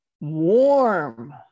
warm